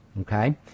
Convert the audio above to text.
Okay